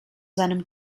seinem